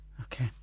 Okay